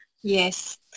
Yes